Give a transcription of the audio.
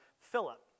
Philip